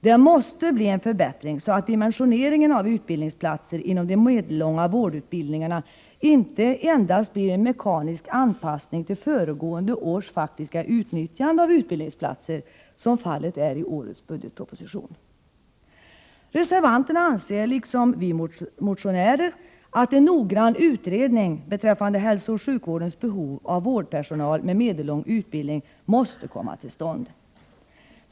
Det måste bli en förbättring, så att dimensioneringen av utbildningsplatser inom de medellånga vårdutbildningarna inte endast blir en mekanisk anpassning till föregående års faktiska utnyttjande av utbildningsplatser, som fallet är i årets budgetproposition. Reservanterna anser — liksom vi motionärer — att en noggrann utredning beträffande hälsooch sjukvårdens behov av vårdpersonal med medellång utbildning måste komma till stånd.